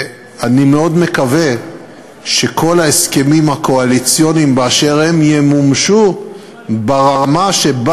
אני מאוד מקווה שכל ההסכמים הקואליציוניים באשר הם ימומשו ברמה שבה